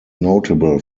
notable